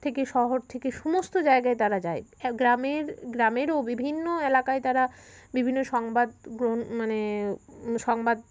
থেকে শহর থেকে সমস্ত জায়গায় তারা যায় গ্রামের গ্রামেরও বিভিন্ন এলাকায় তারা বিভিন্ন সংবাদ গ্রহণ মানে সংবাদ